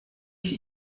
ich